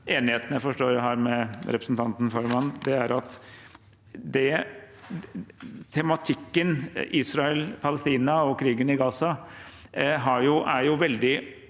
forstår jeg har med representanten Farahmand: Tematikken Israel–Palestina og krigen i Gaza er veldig